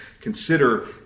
Consider